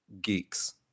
geeks